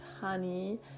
honey